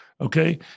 okay